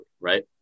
right